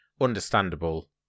understandable